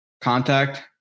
Contact